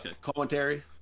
commentary